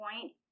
point